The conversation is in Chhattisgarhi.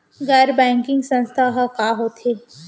गैर बैंकिंग संस्था ह का होथे?